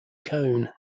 cone